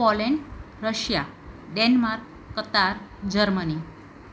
Poland Russia Denmark Qatar Germany